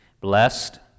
blessed